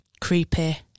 creepy